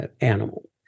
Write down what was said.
animal